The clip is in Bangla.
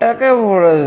টাকে ভরে দেব